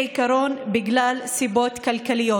בעיקרון בגלל סיבות כלכליות.